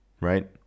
right